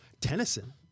tennyson